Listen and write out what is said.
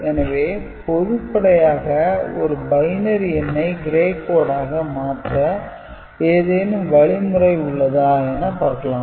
எனவே பொதுப்படையாக ஒரு பைனரி எண்ணை "Gray code" ஆக மாற்ற ஏதேனும் வழிமுறை உள்ளதா என பார்க்கலாம்